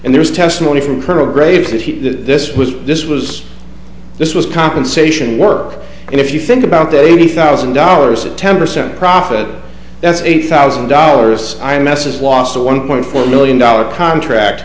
and there's testimony from colonel graves that he that this was this was this was compensation work and if you think about that eighty thousand dollars at ten percent profit that's eight thousand dollars i ness as last of one point four million dollar contract